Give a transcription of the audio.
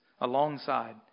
alongside